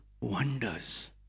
wonders